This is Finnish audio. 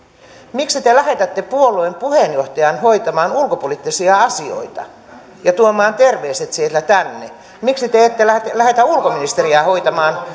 miksi te lähetätte puolueen puheenjohtajan hoitamaan ulkopoliittisia asioita ja tuomaan terveiset sieltä tänne miksi te ette lähetä lähetä ulkoministeriä hoitamaan